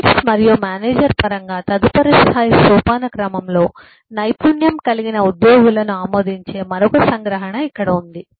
leads మరియు manager పరంగా తదుపరి స్థాయి సోపానక్రమంలో నైపుణ్యం కలిగిన ఉద్యోగులను ఆమోదించే మరొక సంగ్రహణ ఇక్కడ ఉంది